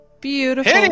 Beautiful